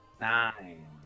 Nine